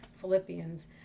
Philippians